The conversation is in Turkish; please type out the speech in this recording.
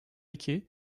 iki